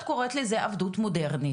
צריך לזה גורם נוסף,